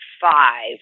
five